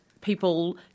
people